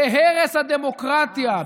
בהרס הדמוקרטיה,